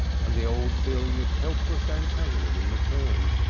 and the old feeling of helpless antagonism returned.